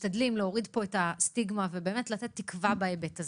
להוריד פה את הסטיגמה ולתת תקווה בהיבט הזה.